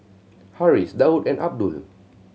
Harris Daud and Abdul